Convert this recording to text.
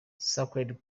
sacred